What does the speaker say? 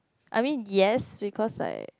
I mean yes because like